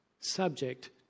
subject